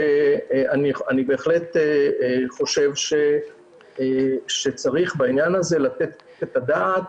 אני בהחלט חושב שצריך בעניין הזה לתת את הדעת.